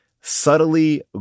subtly